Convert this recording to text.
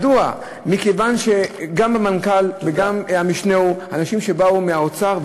מכיוון שגם המנכ"ל וגם המשנה הם אנשים שבאו מהאוצר,